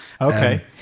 Okay